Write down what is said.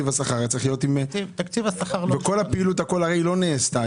כל הפעילות הרי לא נעשתה,